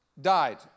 died